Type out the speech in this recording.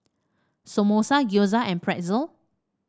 Samosa Gyoza and Pretzel